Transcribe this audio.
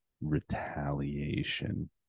retaliation